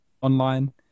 online